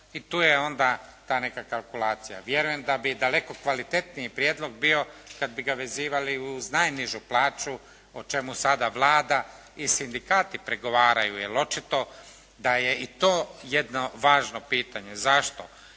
I tu je onda ta neka kalkulacija. Vjerujem da bi daleko kvalitetniji prijedlog bio kad bi ga vezivali uz najnižu plaću o čemu sada Vlada i sindikati pregovaraju. Jer očito da je i to jedno važno pitanje. Zašto?